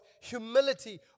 humility